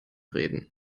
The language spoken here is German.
reden